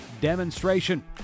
demonstration